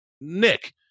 Nick